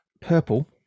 purple